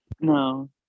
No